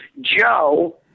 Joe